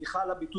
סליחה על המילה